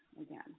again